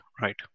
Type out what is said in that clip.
right